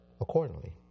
accordingly